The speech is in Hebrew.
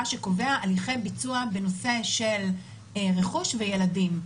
שקובע הליכי ביצוע בנושא של רכוש וילדים.